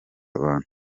abantu